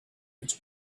its